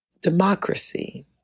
democracy